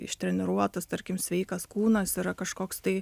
ištreniruotas tarkim sveikas kūnas yra kažkoks tai